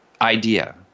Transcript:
idea